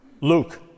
Luke